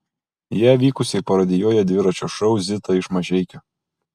ją vykusiai parodijuoja dviračio šou zita iš mažeikių